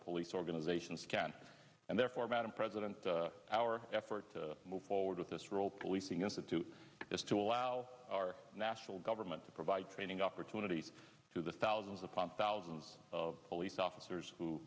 police organizations can and therefore madam president our effort to move forward with this role policing institute is to allow our national government to provide training opportunities to the thousands upon thousands of police officers who